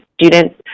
students